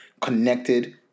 connected